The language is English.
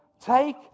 Take